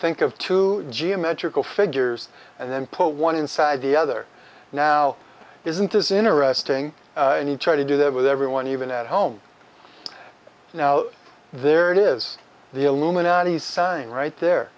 think of two geometrical figures and then put one inside the other now isn't this interesting and he tried to do that with everyone even at home now there it is the illuminati sign right there